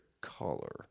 color